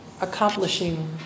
accomplishing